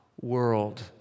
world